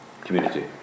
community